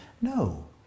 No